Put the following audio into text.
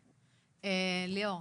ליאור,